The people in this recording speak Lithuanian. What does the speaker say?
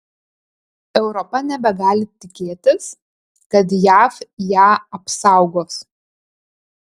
europa nebegali tikėtis kad jav ją apsaugos